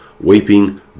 weeping